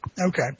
Okay